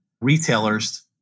retailers